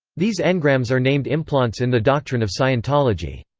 these engrams are named implants in the doctrine of scientology.